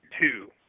two